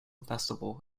festival